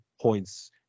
points